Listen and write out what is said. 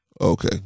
Okay